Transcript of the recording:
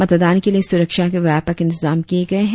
मतदान के लिए सुरक्षा के व्यापक इंतजाम किए गए हैं